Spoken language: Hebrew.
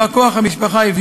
בא-כוחה של המשפחה,